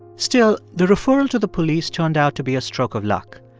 still, the referral to the police turned out to be a stroke of luck.